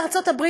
בארצות-הברית,